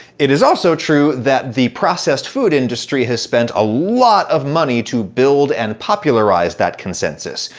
it is also true that the processed food industry has spent a lot of money to build and popularize that consensus.